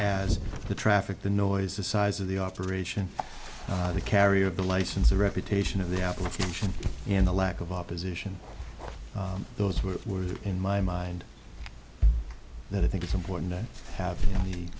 as the traffic the noise the size of the operation the carrier of the license the reputation of the application and the lack of opposition those who were in my mind that i think it's important to have